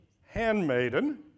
handmaiden